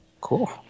cool